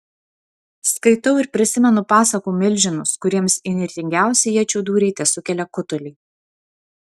skaitau ir prisimenu pasakų milžinus kuriems įnirtingiausi iečių dūriai tesukelia kutulį